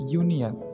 union